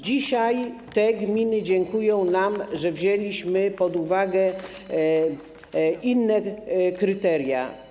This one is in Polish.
Dzisiaj te gminy dziękują nam, że wzięliśmy pod uwagę inne kryteria.